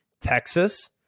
Texas